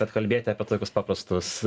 bet kalbėti apie tokius paprastus